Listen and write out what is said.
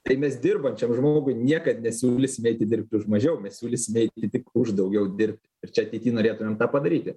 kai mes dirbančiam žmogui niekad nesiūlysime atidirbti už mažiau mes siūlysime eiti tik už daugiau dirbti ir čia ateity norėtumėm tą padaryti